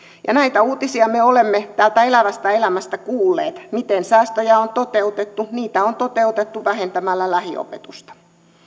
ja näitä uutisia me olemme täältä elävästä elämästä kuulleet miten säästöjä on on toteutettu niitä on toteutettu vähentämällä lähiopetusta